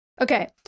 Okay